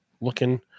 looking